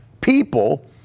people